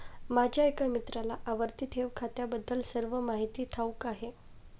माझ्या एका मित्राला आवर्ती ठेव खात्याबद्दल सर्व माहिती ठाऊक आहे